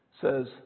says